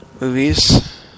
movies